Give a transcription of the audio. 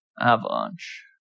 Avalanche